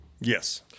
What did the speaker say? Yes